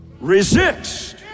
Resist